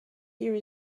here